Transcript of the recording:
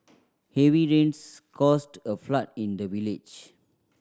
heavy rains caused a flood in the village